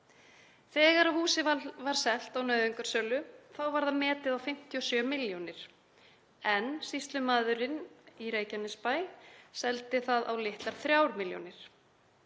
Þegar húsið var selt á nauðungarsölu var það metið á 57 milljónir en sýslumaðurinn í Reykjanesbæ seldi það á litlar 3 milljónir.